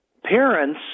parents